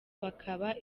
bakaba